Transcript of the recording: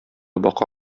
бака